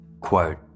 Quote